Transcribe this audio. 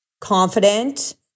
confident